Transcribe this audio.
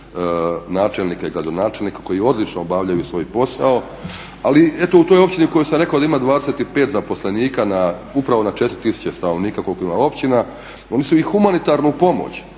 načelnika i gradonačelnika koji odlično obavljaju svoj posao. Ali eto u toj općini u kojoj sam rekao da ima 25 zaposlenika na 4000 stanovnika koliko ima općina, oni su i humanitarnu pomoć,